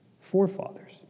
forefathers